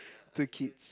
two kids